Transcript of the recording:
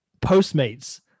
Postmates